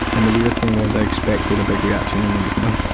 and the weird thing was, i expected a big reaction, and there was none.